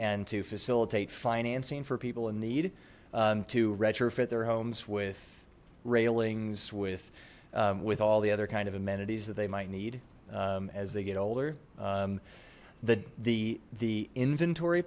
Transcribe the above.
and to facilitate financing for people in need to retrofit their homes with railings with with all the other kind of amenities that they might need as they get older the the the inventory